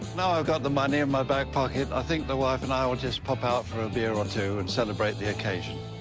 now i've got the money in my back pocket, i think the wife and i will just pop out for a beer or two and celebrate the occasion.